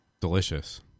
Delicious